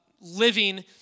living